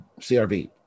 CRV